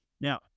Now